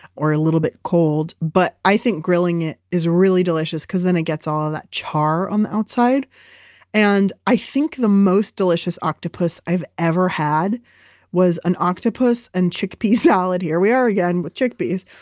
or a little bit cold. but i think grilling it is really delicious, because then it gets all of that char on the outside and i think the most delicious octopus i've ever had was an octopus and chickpea salad. here we are again with chickpeas.